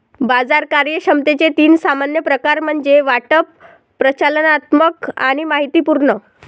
बाजार कार्यक्षमतेचे तीन सामान्य प्रकार म्हणजे वाटप, प्रचालनात्मक आणि माहितीपूर्ण